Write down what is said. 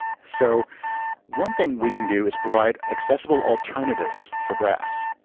so one thing we can do is provide accessible alternatives for graphs.